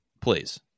Please